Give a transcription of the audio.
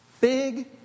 Big